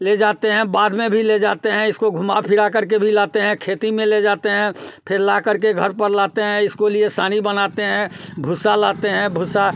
ले जाते हैं बाग में भी ले जाते हैं इसको घुमा फिरा करके भी लाते हैं खेती में ले जाते हैं फिर ला करके घर पर लाते हैं इसको लिए सानी बनाते हैं भूसा लाते हैं भूसा